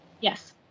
Yes